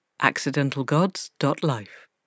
accidentalgods.life